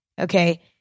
Okay